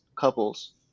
couples